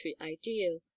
ideal